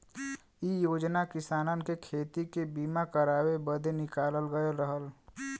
इ योजना किसानन के खेती के बीमा करावे बदे निकालल गयल रहल